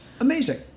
Amazing